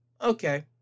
Okay